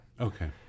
Okay